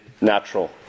Natural